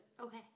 Okay